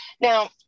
Now